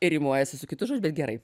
ir rimuojasi su kitu žodžiu bet gerai